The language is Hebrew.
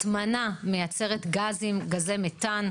הטמנה מייצרת גזי מתאן,